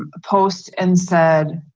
ah post and said,